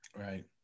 right